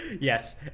yes